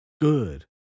Good